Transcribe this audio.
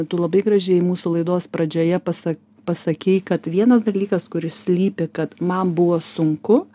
tu labai gražiai mūsų laidos pradžioje pasa pasakei kad vienas dalykas kuris slypi kad man buvo sunku